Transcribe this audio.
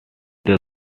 does